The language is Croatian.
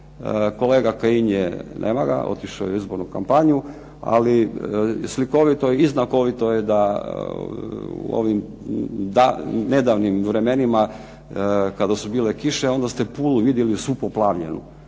Kolega Kajin, nema ga, otišao je u izbornu kampanju. Ali slikovito je i znakovito je da u ovim nedavnim vremenima kada su bile kiše onda ste Pulu vidjeli svu poplavljenu,